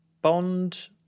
Bond